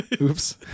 Oops